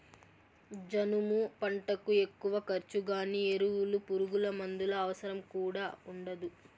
జనుము పంటకు ఎక్కువ ఖర్చు గానీ ఎరువులు పురుగుమందుల అవసరం కూడా ఉండదు